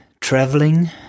traveling